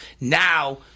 Now